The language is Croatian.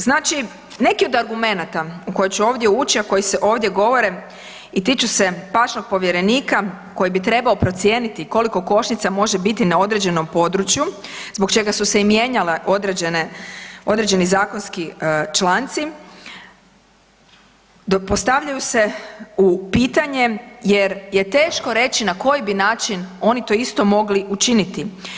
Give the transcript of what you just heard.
Znači neki od argumenata u koje ću ovdje ući, a koji se ovdje govore i tiču se pašnog povjerenika koji bi trebao procijeniti koliko košnica može biti na određenom području zbog čega su se i mijenjale određene, određeni zakonski članci, dok postavljaju se u pitanje jer je teško reći na koji bi način oni to isto mogli učiniti.